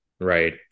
right